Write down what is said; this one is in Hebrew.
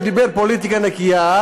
כשהוא דיבר על פוליטיקה נקייה,